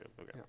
Okay